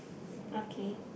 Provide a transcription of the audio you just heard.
okay